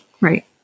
Right